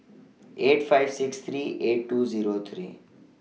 eight five six three eight two Zero three